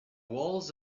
walls